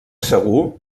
segur